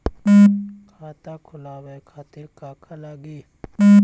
खाता खोलवाए खातिर का का लागी?